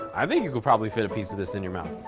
i think you could probably fit a piece of this in your mouth.